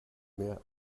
mehr